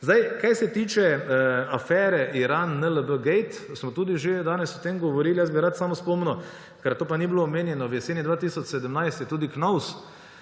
pot. Kar se tiče afere IranNLBgate, smo tudi že danes o tem govorili pa bi rad samo spomnil, ker to pa ni bilo omenjeno, da je v jeseni 2017 tudi KNOVS